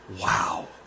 wow